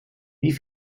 wie